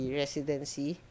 residency